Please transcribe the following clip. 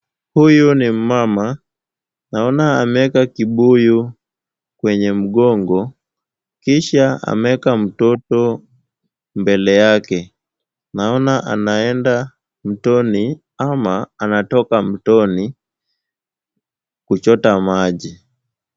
Huyu ni mmama. Naona ameeka kibuyu kwenye mgongo, kisha ameeka mtoto mbele yake. Naona anaenda mtoni, ama anatoka mtoni, kuchota maji.